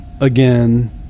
again